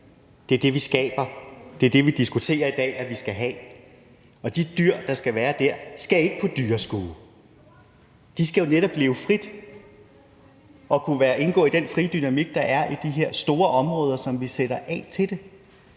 det er det, vi skaber her, det er det, vi diskuterer i dag at vi skal have. Og de dyr, der skal være der, skal ikke på dyrskue; de skal jo netop leve frit og kunne indgå i den frie dynamik, der er i de her store områder, som vi sætter af til det.